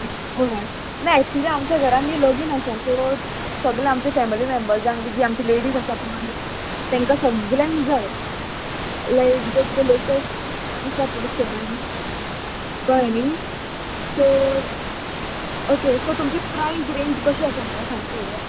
हय ना एक्चुली आमच्या घरान न्ही लगीन आसा सो सगलें आमच्या फॅमिली मेंबर्सांक बी जी आमची लेडीज आसा पय तेंकां सगल्यांक जाय लायक जे किदें लेटेस्ट आसा पय स्टोरान कळ्ळें न्ही सो ओके सो तुमची प्रायज रेंज कशी आसा आमकां सांग पोया